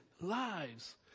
lives